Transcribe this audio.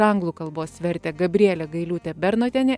anglų kalbos vertė gabrielė gailiūtė bernotienė